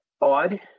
odd